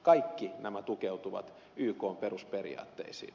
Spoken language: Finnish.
kaikki nämä tukeutuvat ykn perusperiaatteisiin